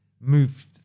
move